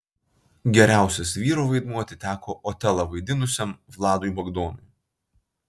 geriausias vyro vaidmuo atiteko otelą vaidinusiam vladui bagdonui